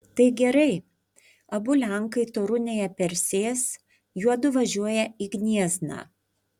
tai gerai abu lenkai torunėje persės juodu važiuoja į gniezną